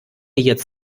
jetzt